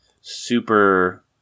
super